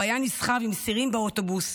הוא היה נסחב עם סירים באוטובוס,